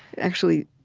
actually,